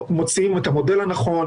מוצאים את המודל הנכון,